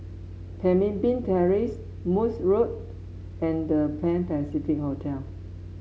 Pemimpin Terrace Morse Road and The Pan Pacific Hotel